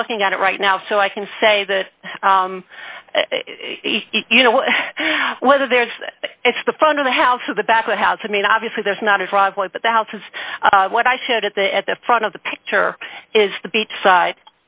i'm looking at it right now so i can say that you know whether they're it's the front of the house or the back of the house i mean obviously there's not a driveway but the house is what i said at the at the front of the picture is the beach side